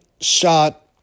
shot